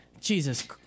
jesus